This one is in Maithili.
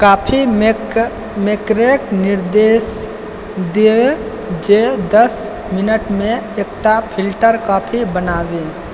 कॉफी मेकरके निर्देश दिअ जे दस मिनटमे एकटा फिल्टर कॉफी बनाबै